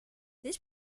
this